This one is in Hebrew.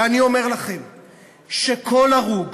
ואני אומר לכם שכל הרוג,